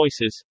choices